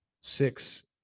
six